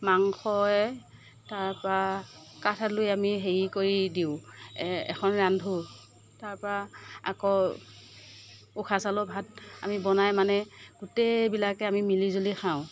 মাংসৱে তাৰ পৰা কাঠ আলুৱে আমি হেৰি কৰি দিওঁ এ এখন ৰান্ধোঁ তাৰ পৰা আকৌ উখোৱা চাউলৰ ভাত আমি বনাই মানে গোটেইবিলাকে আমি মিলি জুলি খাওঁ